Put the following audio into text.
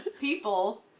people